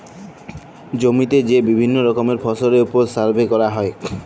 জমিতে যে বিভিল্য রকমের ফসলের ওপর সার্ভে ক্যরা হ্যয়